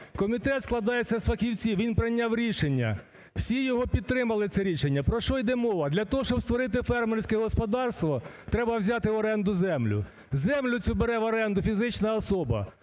Комітет складається з фахівців, він прийняв рішення, всі його підтримали це рішення. Про що йде мова? Для того, щоб створити фермерське господарство, треба взяти в оренду землю. Землю цю бере в оренду фізична особа,